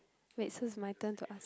wait so is my turn to ask